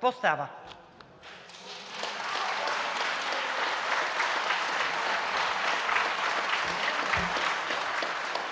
България“.)